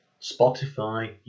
Spotify